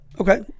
okay